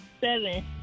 Seven